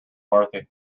marthe